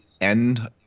end